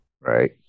right